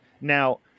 Now